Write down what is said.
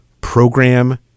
program